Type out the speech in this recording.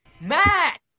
Matt